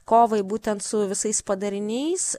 kovai būtent su visais padariniais